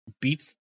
beats